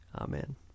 Amen